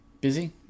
busy